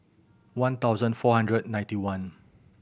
one thousand four hundred ninety one